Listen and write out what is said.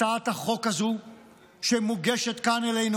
הצעת החוק הזו שמוגשת לנו כאן,